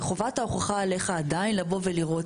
וחובת ההוכחה עליך עדיין לבוא ולראות.